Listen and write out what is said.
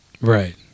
Right